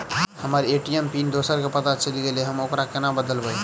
हम्मर ATM PIN दोसर केँ पत्ता चलि गेलै, हम ओकरा कोना बदलबै?